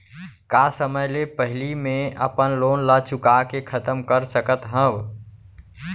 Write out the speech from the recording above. का समय ले पहिली में अपन लोन ला चुका के खतम कर सकत हव?